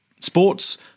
Sports